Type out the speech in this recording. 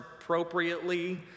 appropriately